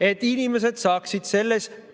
et inimesed saaksid selles